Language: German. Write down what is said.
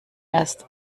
erst